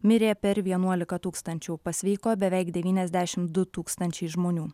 mirė per vienuolika tūkstančių pasveiko beveik devyniasdešimt du tūkstančiai žmonių